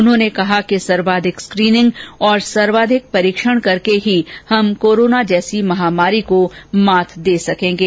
उन्होंने कहा कि सर्वाधिक स्क्रीनिंग और सर्वाधिक परीक्षण करके ही हम कोरोना जैसी महामारी को मात दे सकेंगे